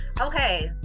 Okay